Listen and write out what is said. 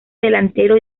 delantero